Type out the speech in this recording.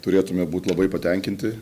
turėtume būt labai patenkinti